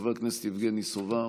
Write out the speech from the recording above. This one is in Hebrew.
חבר הכנסת יבגני סובה,